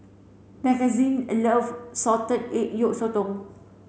Mckenzie love salted egg yolk sotong